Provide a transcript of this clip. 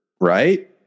Right